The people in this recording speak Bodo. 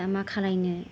दा मा खालायनो